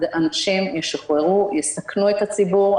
אנשים ישוחררו ויסכנו את הציבור.